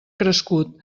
crescut